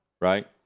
right